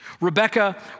Rebecca